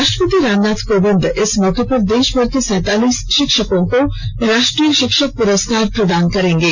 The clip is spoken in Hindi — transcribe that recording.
राष्ट्रपति रामनाथ कोविंद इस मौके पर देशभर के सैंतालीस शिक्षकों को राष्ट्रीय शिक्षक पुरस्कार प्रदान करेंगे